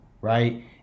right